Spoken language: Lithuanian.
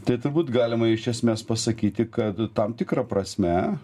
tai turbūt galima iš esmės pasakyti kad tam tikra prasme